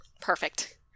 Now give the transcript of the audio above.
perfect